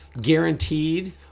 guaranteed